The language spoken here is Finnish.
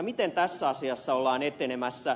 miten tässä asiassa ollaan etenemässä